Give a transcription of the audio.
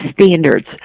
standards